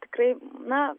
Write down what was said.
tikrai na